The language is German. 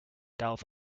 darauf